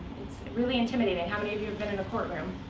it's really intimidating how many of you have been in a courtroom?